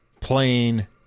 plain